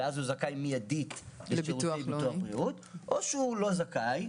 ואז הוא זכאי מידית לביטוח בריאות או שהוא לא זכאי,